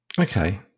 Okay